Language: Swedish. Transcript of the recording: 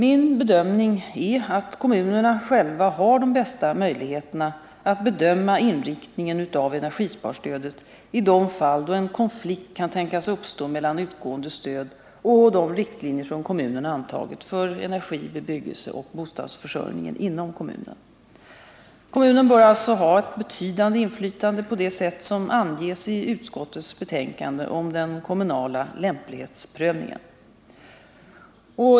Min bedömning är att kommunerna själva har de bästa möjligheterna att bedöma inriktningen av energisparstödet i de fall då en konflikt kan tänkas uppstå mellan utgående stöd och de riktlinjer som kommunerna antagit för energi-, bebyggelseoch bostadsförsörjningen inom kommunen. Kommunen bör alltså ha ett betydande inflytande på det sätt som anges i utskottets betänkande om den kommunala lämplighetsprövningen.